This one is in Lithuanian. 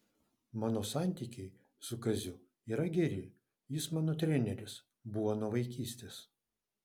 mano santykiai su kaziu yra geri jis mano treneris buvo nuo vaikystės